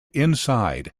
inside